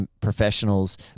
professionals